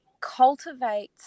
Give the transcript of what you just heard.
cultivate